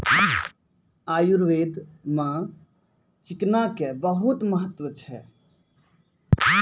आयुर्वेद मॅ चिकना के बहुत महत्व छै